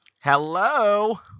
Hello